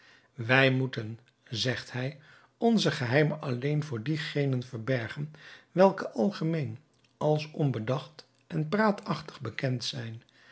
wij moeten zegt hij onze geheimen alleen voor diegenen verbergen welke algemeen als onbedacht en praatachtig bekend zijn